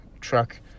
truck